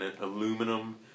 aluminum